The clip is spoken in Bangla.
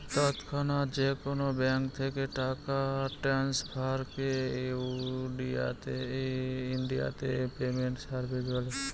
তৎক্ষণাৎ যেকোনো ব্যাঙ্ক থেকে টাকা ট্রান্সফারকে ইনডিয়াতে পেমেন্ট সার্ভিস বলে